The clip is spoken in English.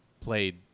played